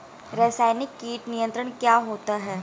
रसायनिक कीट नियंत्रण क्या होता है?